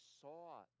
saw